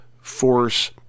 force